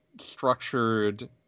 structured